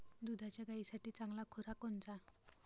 दुधाच्या गायीसाठी चांगला खुराक कोनचा?